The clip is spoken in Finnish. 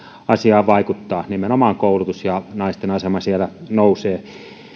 asiaan vaikuttaa nimenomaan koulutus ja naisten asema siellä nousevat